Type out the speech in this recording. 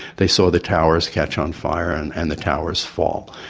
they saw the towers catch on fire and and the towers fall.